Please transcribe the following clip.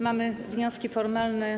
Mamy wnioski formalne.